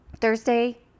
Thursday